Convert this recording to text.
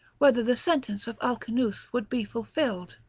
whether the sentence of alcinous would be fulfilled.